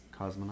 Cosmonaut